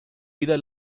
vida